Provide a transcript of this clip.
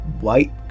white